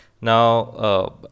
Now